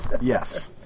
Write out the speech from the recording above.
Yes